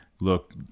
look